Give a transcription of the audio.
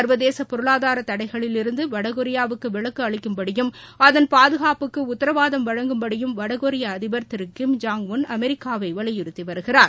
சா்வதேச பொருளாதார தடைகளிலிருந்து வடகொரியாவுக்கு விலக்கு அளிக்கும்படியும் அதன் பாதுகாப்புக்கு உத்தரவாதம் வழங்கும் படியும் வடகொரிய அதிபர் திரு கிம்ஜாங் உள் அமெரிக்காவை வலியுறுத்தி வருகிறார்